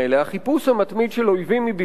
החיפוש המתמיד של אויבים מבפנים,